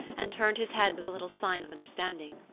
and turned his head with a little sign of understanding.